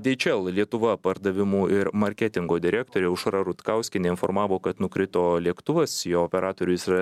dieičel lietuva pardavimų ir marketingo direktorė aušra rutkauskienė informavo kad nukrito lėktuvas jo operatorius yra